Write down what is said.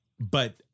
But-